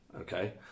Okay